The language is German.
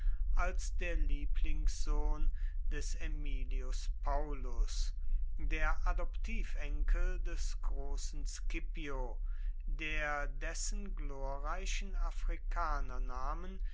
als der lieblingssohn des aemilius paullus der adoptivenkel des großen scipio der dessen glorreichen